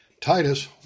Titus